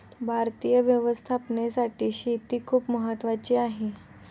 भारतीय अर्थव्यवस्थेसाठी शेती खूप महत्त्वाची आहे